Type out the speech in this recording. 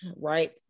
right